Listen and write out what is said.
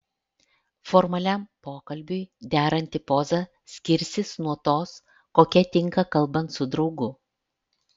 formaliam pokalbiui deranti poza skirsis nuo tos kokia tinka kalbant su draugu